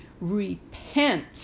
repent